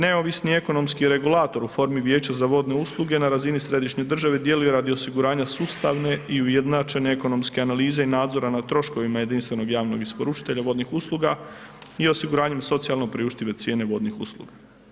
Neovisni ekonomski regulator u formi vijeća za vodne usluge na razini središnje države djeluje radi osiguranja sustavne i ujednačene ekonomske analize i nadzora nad troškovima jedinstvenog javnog isporučitelja vodnih usluga i osiguranjem socijalno priuštive cijene vodnih usluga.